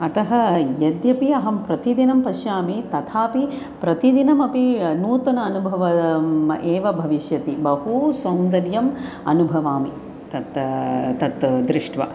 अतः यद्यपि अहं प्रतिदिनं पश्यामि तथापि प्रतिदिनमपि नूतनं अनुभवम् एव भविष्यति बहु सौन्दर्यम् अनुभवामि तत् तत् दृष्ट्वा